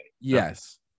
Yes